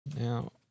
Now